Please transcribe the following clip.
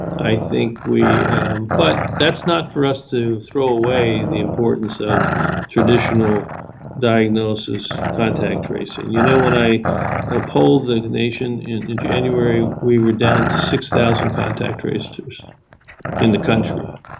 i think we but that's not for us to throw away and the importance of traditional diagnosis, contact tracing. you know, when i ah polled the the nation in january, we were down to six thousand contact tracers in the country.